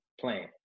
plan